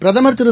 பிரதமர்திரு